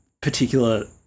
particular